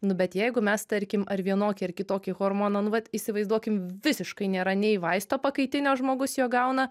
nu bet jeigu mes tarkim ar vienokį ar kitokį hormoną nu vat įsivaizduokim visiškai nėra nei vaisto pakaitinio žmogus jo gauna